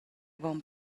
avon